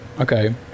Okay